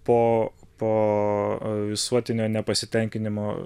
po po visuotinio nepasitenkinimo